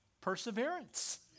perseverance